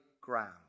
ground